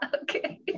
okay